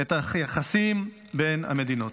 את היחסים בין המדינות.